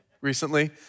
recently